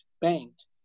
banked